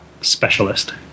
Specialist